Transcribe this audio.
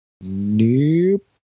Nope